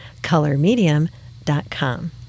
colormedium.com